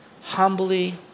humbly